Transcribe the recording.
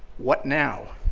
what now?